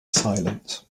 silence